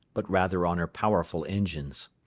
but rather on her powerful engines.